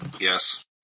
Yes